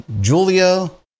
Julio